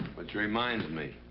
which reminds me,